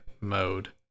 mode